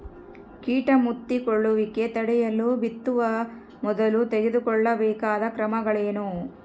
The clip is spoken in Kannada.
ಕೇಟ ಮುತ್ತಿಕೊಳ್ಳುವಿಕೆ ತಡೆಯಲು ಬಿತ್ತುವ ಮೊದಲು ತೆಗೆದುಕೊಳ್ಳಬೇಕಾದ ಕ್ರಮಗಳೇನು?